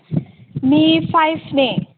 ꯃꯤ ꯐꯥꯏꯚꯅꯦ